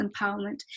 empowerment